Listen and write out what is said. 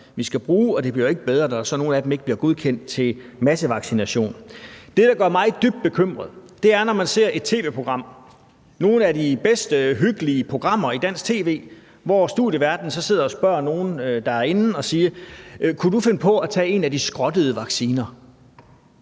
vi skal bruge, og det bliver ikke bedre, når nogle af dem så ikke bliver godkendt til massevaccination. Det, der gør mig dybt bekymret, er, når man ser et tv-program – nogle af de bedste hyggelige programmer i dansk tv – hvor studieværten så sidder og spørger dem, der er derinde: Kunne du finde på at tage en af de skrottede vacciner?